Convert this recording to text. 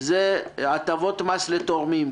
זה הטבות מס לתורמים.